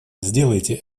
сделайте